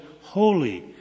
holy